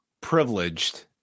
privileged